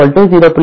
1